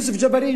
את יוסף ג'בארין,